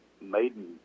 maiden